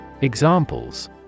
Examples